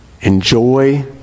enjoy